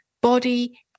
body